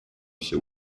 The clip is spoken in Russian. все